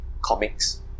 comics